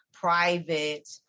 private